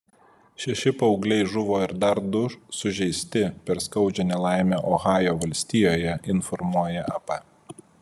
šeši paaugliai žuvo ir dar du sužeisti per skaudžią nelaimę ohajo valstijoje informuoja ap